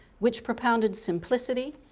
which propounded simplicity,